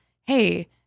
hey